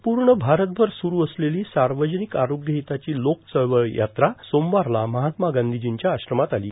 संपूण भारतभर सुरू असलेलां सावर्जानक आरोग्य ाहताची लोकचळवळ वाहन यात्रा सोमवारला महात्मा गांधीजींच्या आश्रमात आलो